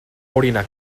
orinar